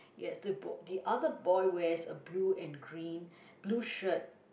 yes the bo~ the other boy wears a blue and green blue shirt